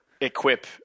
equip